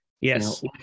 yes